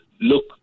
look